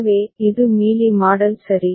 எனவே இது mealy model சரி